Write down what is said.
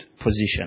position